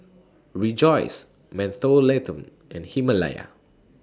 Rejoice Mentholatum and Himalaya